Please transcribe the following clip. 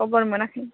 खबर मोनाखै